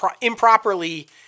improperly